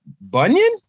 Bunyan